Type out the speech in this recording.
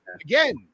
Again